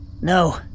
No